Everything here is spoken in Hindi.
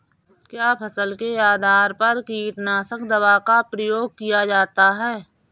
क्या फसल के आधार पर कीटनाशक दवा का प्रयोग किया जाता है?